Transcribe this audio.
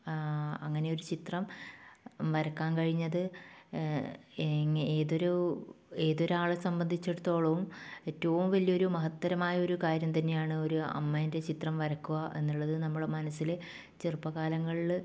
അങ്ങനെയൊരു ചിത്രം വരയ്ക്കാൻ കഴിഞ്ഞത് ഏതൊരു ഏതൊരാളെ സംബന്ധിച്ചടത്തോളവും ഏറ്റവും വലിയൊരു മഹത്തരമായ ഒരു കാര്യം തന്നെയാണ് ഒരു അമ്മേൻ്റെ ചിത്രം വരയ്ക്കുക എന്നുള്ളത് നമ്മുടെ മനസ്സിൽ ചെറുപ്പകാലങ്ങളിൽ